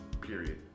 Period